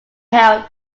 held